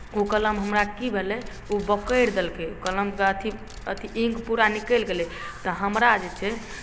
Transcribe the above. ओ कलम हमरा की भेलै ओ बोकरि देलकै ओ कलमके अथी अथी इङ्क पूरा निकलि गेलै तऽ हमरा जे छै